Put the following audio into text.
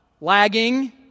lagging